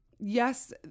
yes